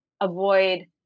avoid